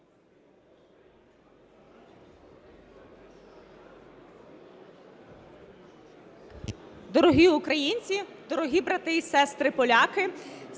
Дорогі українці, дорогі брати і сестри поляки,